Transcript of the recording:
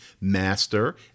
Master